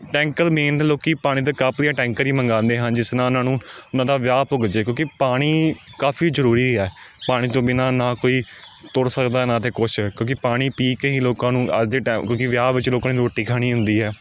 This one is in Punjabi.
ਟੈਂਕਰ ਮੇਨ ਲੋਕ ਪਾਣੀ ਦੇ ਕੱਪ ਜਾਂ ਟੈਂਕਰ ਹੀ ਮੰਗਵਾਉਂਦੇ ਹਨ ਜਿਸ ਨਾਲ ਉਹਨਾਂ ਨੂੰ ਉਹਨਾਂ ਦਾ ਵਿਆਹ ਭੁਗਤ ਜਾਵੇ ਕਿਉਂਕਿ ਪਾਣੀ ਕਾਫ਼ੀ ਜ਼ਰੂਰੀ ਹੈ ਪਾਣੀ ਤੋਂ ਬਿਨਾਂ ਨਾ ਕੋਈ ਤੁਰ ਸਕਦਾ ਨਾ ਤਾਂ ਕੁਛ ਕਿਉਂਕਿ ਪਾਣੀ ਪੀ ਕੇ ਹੀ ਲੋਕਾਂ ਨੂੰ ਅੱਜ ਦੇ ਟੈਮ ਕਿਉਂਕਿ ਵਿਆਹ ਵਿੱਚ ਲੋਕਾਂ ਨੇ ਰੋਟੀ ਖਾਣੀ ਹੁੰਦੀ ਹੈ